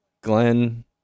Glenn